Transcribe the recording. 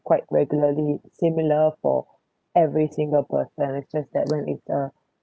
quite regularly similar for every single person it's just that when it's the